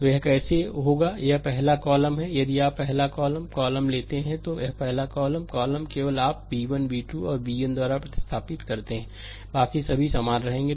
तो यह कैसे होगा कि यह पहला कॉलम है यदि आप पहला कॉलम कॉलम लेते हैं तो यह पहला कॉलम कॉलम केवल आप b1b2 और bn द्वारा प्रतिस्थापित करते हैं बाकी सभी समान रहेंगे